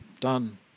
Done